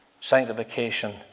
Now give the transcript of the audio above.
Sanctification